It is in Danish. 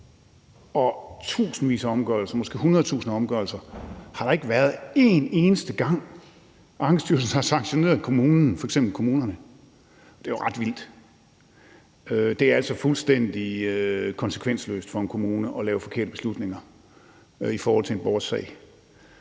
og tusindvis eller måske hundredtusindvis af omgørelser, har der ikke været en eneste gang, hvor Ankestyrelsen f.eks. har sanktioneret kommunerne, og det er jo ret vildt. Det er altså fuldstændig konsekvensløst for en kommune at træffe forkerte beslutninger i forhold til en borgers sag.